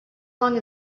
long